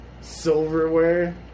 silverware